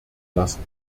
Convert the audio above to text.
lassen